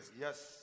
Yes